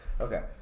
Okay